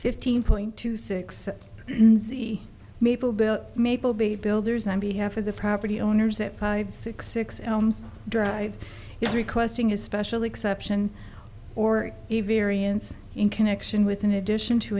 fifteen point two six see maple bill maple bay builders i'm the half of the property owners that five six six elms drive is requesting a special exception or even ariens in connection with an addition to